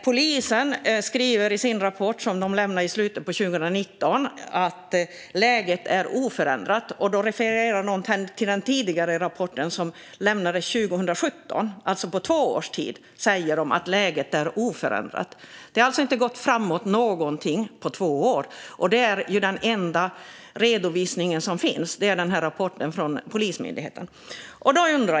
Polisen skriver i den rapport som de lämnade i slutet av 2019 att läget är oförändrat, och då refererar de till den tidigare rapporten, som lämnades 2017. De säger att läget är oförändrat efter två år. Det har alltså inte gått något framåt på två år. Och rapporten från Polismyndigheten är den enda redovisning som finns.